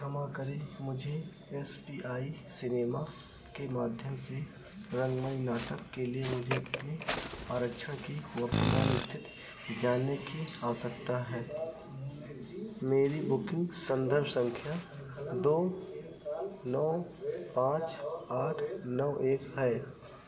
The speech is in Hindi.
क्षमा करें मुझे एस पी आई सिनेमा के माध्यम से रंगमंच नाटक के लिए अपने आरक्षण की वर्तमान स्थिति जानने की आवश्यकता है मेरी बुकिंग संदर्भ संख्या दो नौ पाँच आठ नौ एक है